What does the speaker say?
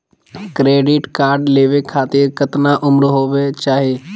Credit card लेवे खातीर कतना उम्र होवे चाही?